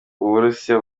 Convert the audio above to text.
uburusiya